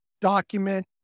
document